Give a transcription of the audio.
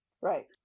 Right